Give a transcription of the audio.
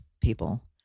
people